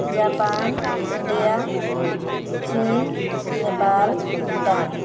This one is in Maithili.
जापान इंडिया चीन नेपाल भूटान